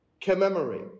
commemorate